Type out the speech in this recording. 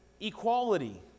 equality